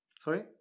Sorry